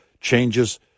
changes